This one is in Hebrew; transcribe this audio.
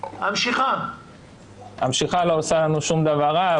המשיכה לא עושה לנו שום דבר רע,